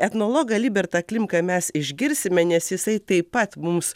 etnologą libertą klimką mes išgirsime nes jisai taip pat mums